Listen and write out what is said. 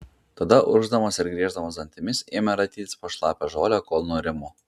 tada urgzdamas ir grieždamas dantimis ėmė raitytis po šlapią žolę kol nurimo